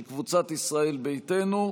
של קבוצת ישראל ביתנו,